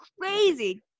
crazy